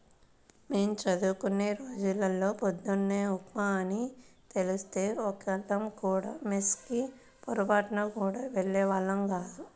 మేం చదువుకునే రోజుల్లో పొద్దున్న ఉప్మా అని తెలిస్తే ఒక్కళ్ళం కూడా మెస్ కి పొరబాటున గూడా వెళ్ళేవాళ్ళం గాదు